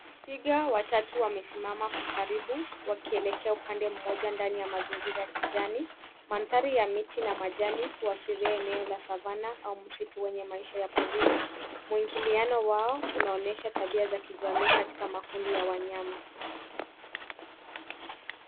Twiga watatu wamesimama kwa karibu, wakielekea upande mmoja ndani ya mazingira kijani. Mandhari ya miti na majani huashiria eneo la savana au msitu wenye maisha ya porini. Muingiliano wao unaonyesha tabia za kijamii katika makundi ya wanyama.